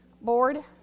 board